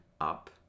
up